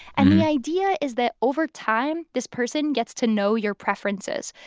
and the idea is that, over time, this person gets to know your preferences.